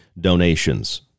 donations